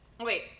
Wait